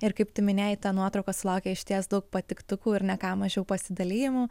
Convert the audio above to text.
ir kaip tu minėjai ta nuotrauka sulaukė išties daug patiktukų ir ne ką mažiau pasidalijimų